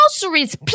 groceries